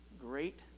great